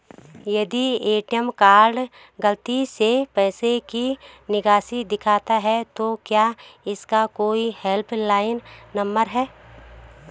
यदि ATM card गलती से पैसे की निकासी दिखाता है तो क्या इसका कोई हेल्प लाइन नम्बर है?